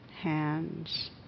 hands